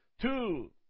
two